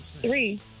Three